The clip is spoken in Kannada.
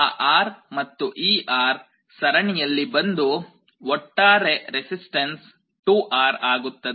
ಆ R ಮತ್ತು ಈ R ಸರಣಿಯಲ್ಲಿ ಬಂದು ಒಟ್ಟಾರೆ ರೆಸಿಸ್ಟನ್ಸ್ 2R ಆಗುತ್ತದೆ